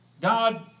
God